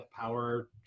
power